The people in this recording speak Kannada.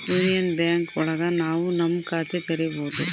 ಯೂನಿಯನ್ ಬ್ಯಾಂಕ್ ಒಳಗ ನಾವ್ ನಮ್ ಖಾತೆ ತೆರಿಬೋದು